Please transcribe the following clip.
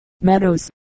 meadows